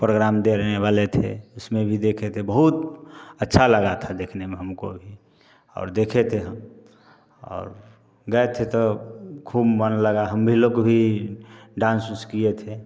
programme देने वाले थे उसमें भी देखे थे बहुत अच्छा लगा था देखने में हमको भी और देखे थे हम और गए थे तो खूब मन लगा हम भी लोग भी डांस उन्स किए थे